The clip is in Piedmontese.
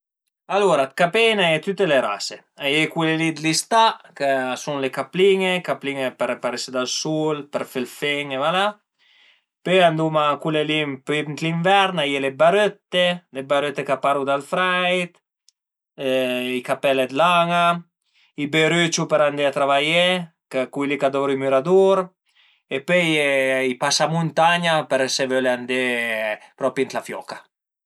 Alura capei a i n'a ie dë tüte le rase, a ie cule li dë l'istà ch'a sun le caplin-e, le caplin-e për parese dal sul, për fe ël fen e va la, pöi anduma, cule li për l'invern a ie le barëtte, le barëtte ch'a paru dal freit, i capèl d'lana, i berüciu për andé a travaié, cui li ch'a dövru i müradur e pöi a ie i pasamuntagna për se völe andé propi ën la fioca